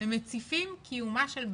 ומציפים קיומה של בעיה.